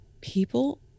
People